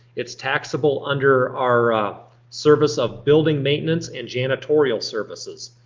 it's taxable under our service of building maintenance and janitorial services.